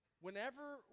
Whenever